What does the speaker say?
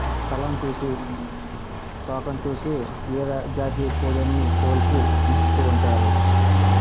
తలను చూసి తోకను చూసి ఏ జాతి కోడని పోల్చి ఎంచుతూ ఉంటారు